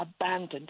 abandoned